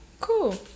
Cool